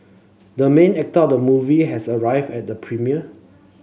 the main actor of the movie has arrived at the premiere